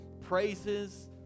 praises